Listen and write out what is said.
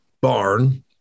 barn